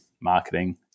marketing